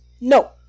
No